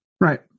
Right